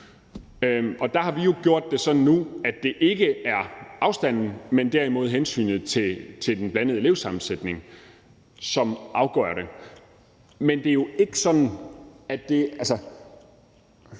Og der har vi jo gjort det sådan nu, at det ikke er afstanden, men derimod hensynet til den blandede elevsammensætning, som afgør det. Undskyld, jeg